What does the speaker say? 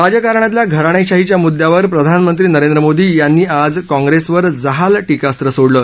राजकारणातल्या घराणेशाहीच्या मुद्यावर प्रधानमंत्री नरेंद्र मोदी यांनी आज काँप्रेसवर जहाल टीकास्त्र सोडलं